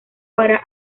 para